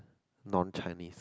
none Chinese